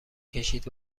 کشید